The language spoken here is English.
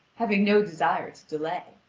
having no desire to delay.